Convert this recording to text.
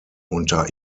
unter